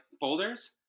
folders